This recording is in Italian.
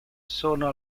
sono